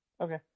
Okay